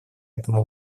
этому